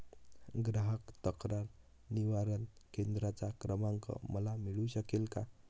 ग्राहक तक्रार निवारण केंद्राचा क्रमांक मला मिळू शकेल का?